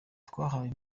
twahaye